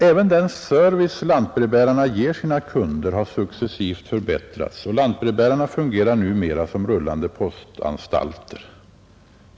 Även den service lantbrevbärarna ger sina kunder har successivt förbättrats, och lantbrevbärarna fungerar numera som rullande postanstalter.